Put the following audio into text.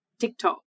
TikTok